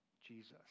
Jesus